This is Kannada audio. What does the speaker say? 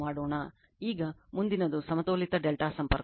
ಈಗ ಮುಂದಿನದು ಸಮತೋಲಿತ ∆ ಸಂಪರ್ಕ